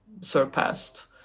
surpassed